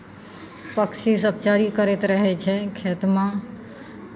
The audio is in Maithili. पक्षीसभ चरी करैत रहै छै खेतमे